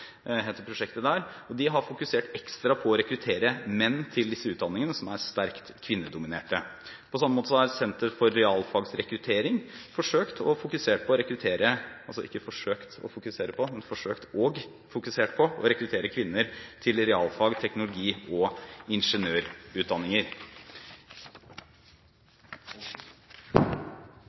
prosjektet der. De har fokusert ekstra på å rekruttere menn til disse utdanningene, som er sterkt kvinnedominerte. På samme måte har Nasjonalt senter for realfagsrekruttering forsøkt og fokusert på å rekruttere kvinner til realfags-, teknologi- og ingeniørutdanninger. Takk for svaret. Jeg er for så vidt enig med statsråden i at politikere ikke skal foreta utdanningsvalgene til elever og